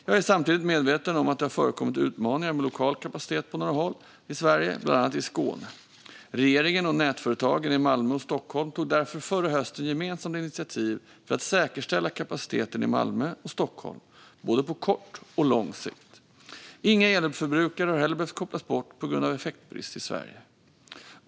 Jag är samtidigt medveten om att det har förekommit utmaningar för den lokala kapaciteten på några håll i Sverige, bland annat i Skåne. Regeringen och nätföretagen i Malmö och Stockholm tog därför förra hösten gemensamt ett initiativ för att säkerställa kapaciteten i Malmö och Stockholm på både kort och lång sikt. Inga elförbrukare har heller behövt kopplas bort på grund av effektbrist i Sverige.